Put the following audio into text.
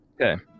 Okay